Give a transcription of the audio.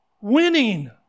Winning